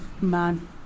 man